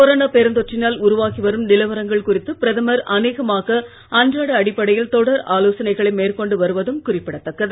கொரோனாபெருந்தொற்றினால்உருவாகிவரும்நிலவரங்கள்குறித்துபிரதம ர்அநேகமாகஅன்றாடஅடிப்படையில்தொடர்ஆலோசனைகளைமேற்கொ ண்டுவருவதும்குறிப்பிடத்தக்கது